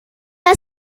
are